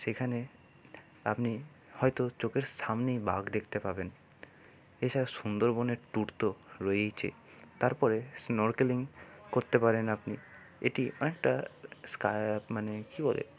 সেখানে আপনি হয়তো চোখের সামনেই বাঘ দেখতে পাবেন এছাড়া সুন্দরবনের ট্যুর তো রয়েইছে তারপরে স্নরকেলিং করতে পারেন আপনি এটি অনেকটা মানে কি বলে